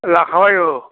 लाखाबाय औ